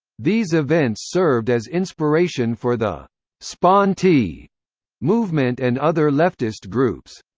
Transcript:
these events served as inspiration for the sponti movement and other leftist groups.